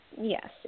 Yes